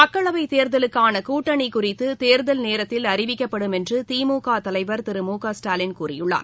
மக்களவை தேர்தலுக்கான கூட்டணி குறித்து தேர்தல் நேரத்தில் அறிவிக்கப்படும் என்று திமுக தலைவர் திரு மு க ஸ்டாலின் கூறியுள்ளார்